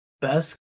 Best